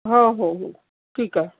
हो हो हो ठीक आहे